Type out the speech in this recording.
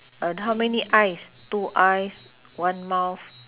uh how many eyes two eyes one mouth